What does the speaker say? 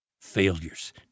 failures